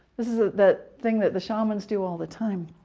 this is that thing that the shamans do all the time.